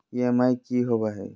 EMI की होवे है?